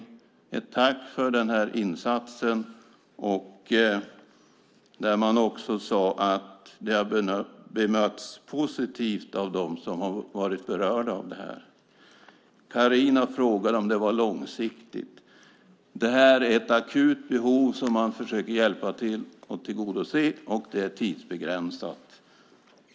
Det var ett tack för den här insatsen där man också sade att det hade bemötts positivt av dem som har varit berörda. Carina frågade om det var långsiktigt. Det här är ett akut behov som man har försökt hjälpa till att tillgodose, och det är tidsbegränsat.